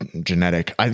genetic